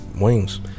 wings